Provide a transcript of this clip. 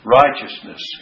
righteousness